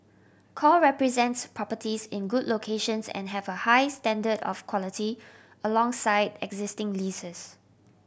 core represents properties in good locations and have a high standard of quality alongside existing leases